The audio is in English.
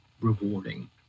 rewarding